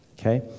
Okay